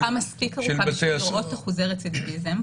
אין לנו תקופה מספיק ארוכה בשביל לראות אחוזי רצידיביזם.